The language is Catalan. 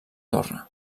torre